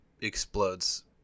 explodes